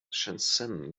shenzhen